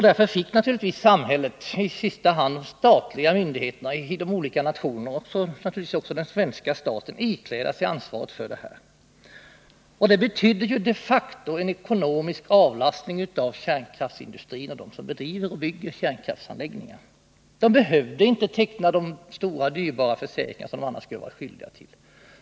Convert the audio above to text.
Därför fick samhället, i sista hand de statliga myndigheterna i de olika nationerna och naturligtvis också svenska staten, ikläda sig ansvaret. Det betydde de facto en ekonomisk avlastning av kärnkraftsindustrin och dem som driver och bygger kärnkraftsanläggningar. De behövde inte teckna de dyrbara försäkringar som de annars skulle vara skyldiga att ha.